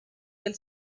del